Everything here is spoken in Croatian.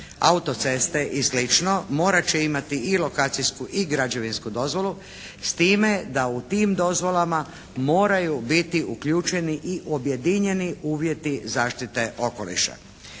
autoceste i slično morat će imati i lokacijsku i građevinsku dozvolu, s time da u tim dozvolama moraju biti uključeni i objedinjeni uvjeti zaštite okoliša.